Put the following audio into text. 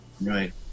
Right